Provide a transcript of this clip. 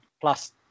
plus